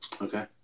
Okay